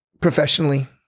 professionally